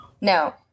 no